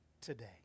today